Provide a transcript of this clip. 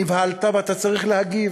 נבהלת ואתה צריך להגיב,